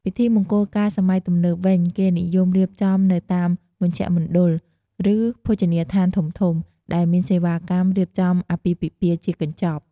ពិធីមង្គលការសម័យទំនើបវិញ គេនិយមរៀបចំនៅតាមមជ្ឈមណ្ឌល ឬភោជនីយដ្ឋានធំៗ ដែលមានសេវាកម្មរៀបចំអាពាហ៍ពិពាហ៍ជាកញ្ចប់។